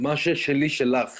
מה ששלי שלך